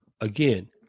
again